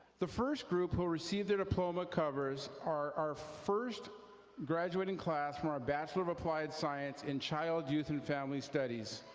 the first group who will receive their diploma covers are our first graduating class from our bachelor of applied science in child, youth and family studies.